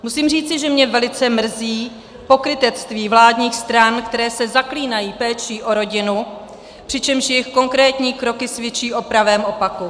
Musím říci, že mě velice mrzí pokrytectví vládních stran, které se zaklínají péčí o rodinu, přičemž jejich konkrétní kroky svědčí o pravém opaku.